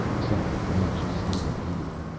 sally nudged steven eagerly.